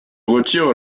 retire